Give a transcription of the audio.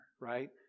right